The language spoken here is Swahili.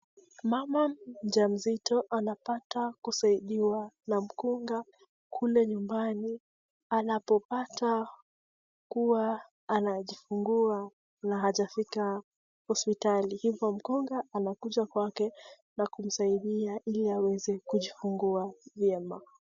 Mama mjamzito anataka kusaidiwa na mkunga kule nyumbani anapopata huwa anajifungua na hajafika hospitali hivo mkunga anakuja kwake na kumsaidia ili kujifungua vyema